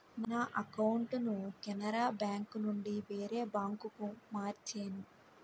నా అకౌంటును కెనరా బేంకునుండి వేరే బాంకుకు మార్చేను